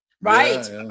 right